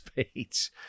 speech